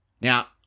Now